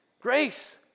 Grace